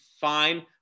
fine